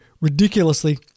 ridiculously